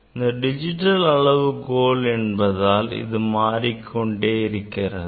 இது டிஜிட்டல் அளவுகோல் என்பதால் மாறிக்கொண்டே இருக்கிறது